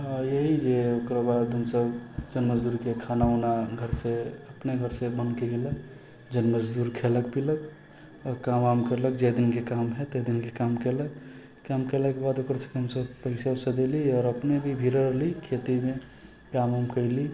आओर इएह जे ओकर बाद हमसब जन मजदूरके खाना वाना घरसँ अपने घरसँ बनिके गेलक जन मजदूर खेलक पिलक आओर काम वाम केलक जाहि दिनके काम हइ ताहि दिनके काम केलक काम केलाके बाद ओकरसबके हमसब पइसा वइसा देली हऽ आओर अपनो भी भिड़ल रहली हऽ खेतीमे काम उम कइली